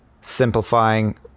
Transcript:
simplifying